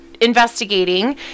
investigating